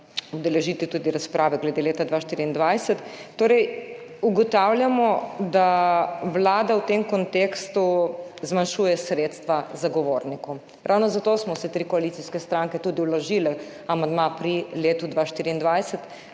udeležiti tudi razprave glede leta 2024, da Vlada v tem kontekstu zmanjšuje sredstva zagovornikom. Ravno zato smo vse tri koalicijske stranke tudi vložile amandma pri letu 2024,